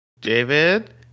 David